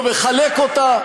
לא מחלק אותה,